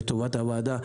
לטובת הוועדה.